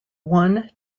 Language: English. one